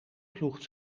ploegt